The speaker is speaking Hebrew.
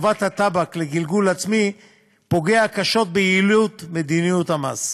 לטובת הטבק לגלגול עצמי פוגע קשות ביעילות מדיניות המס.